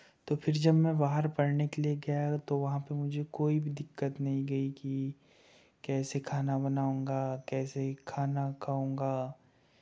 तो फिर जब मैं बाहर पढ़ने के लिए गया तो वहाँ पे मुझे कोई भी दिक्कत नहीं गई कि कैसे खाना बनाऊँगा कैसे ही खाना खाऊँगा